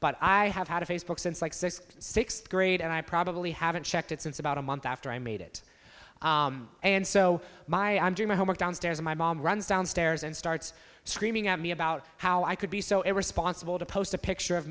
but i have had a facebook since like sixth grade and i probably haven't checked it since about a month after i made it and so by i'm doing my homework downstairs my mom runs downstairs and starts screaming at me about how i could be so irresponsible to post a picture of